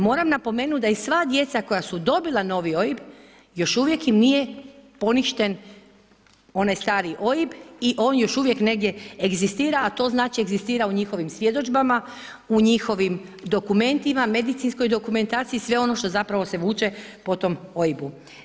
Moram napomenut da i sva djeca koja su dobila novi OIB, još uvijek im nije poništen onaj stari OIB i on još uvijek negdje egzistira, a to znači egzistira u njihovim svjedodžbama, u njihovim dokumentima, medicinskoj dokumentaciji i sve ono što se vuče po tom OIB-u.